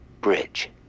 bridge